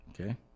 Okay